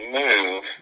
move